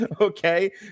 Okay